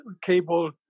cable